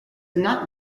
not